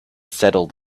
settled